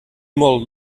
molt